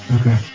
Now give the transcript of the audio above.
okay